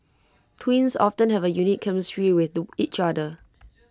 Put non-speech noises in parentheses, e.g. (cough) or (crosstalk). twins often have A unique chemistry with (hesitation) each other